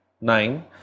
nine